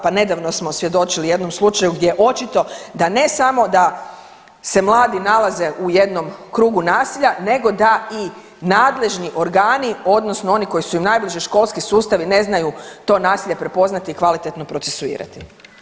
Pa nedavno smo svjedočili jednom slučaju gdje je očito da ne samo da se mladi nalaze u jednom krugu nasilja nego da i nadležni organi odnosno oni koji su im najbliži školski sustavi ne znaju to nasilje prepoznati i kvalitetno procesuirati.